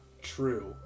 true